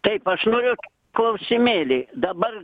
taip aš noriu klausimėlį dabar